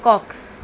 cocks